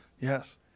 Yes